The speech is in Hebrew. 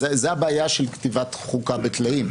זו הבעיה של כתיבת חוקה בטלאים.